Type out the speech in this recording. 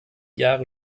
jahre